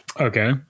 Okay